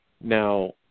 Now